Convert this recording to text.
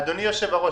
אדוני היושב-ראש,